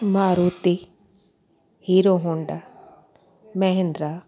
Maruti Hero Honda Mahindra